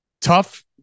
Tough